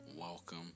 welcome